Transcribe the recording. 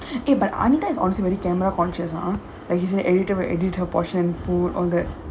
eh but anita is also veyr camera conscious ah ah like she'll always edit her posture and food all that